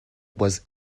was